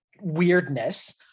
weirdness